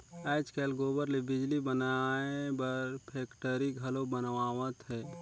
आयज कायल गोबर ले बिजली बनाए बर फेकटरी घलो बनावत हें